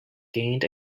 gained